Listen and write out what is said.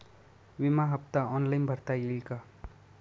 विमा हफ्ता ऑनलाईन भरता येईल का?